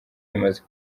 bimaze